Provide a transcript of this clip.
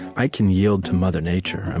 i can yield to mother nature. and